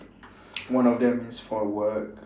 one of them is for work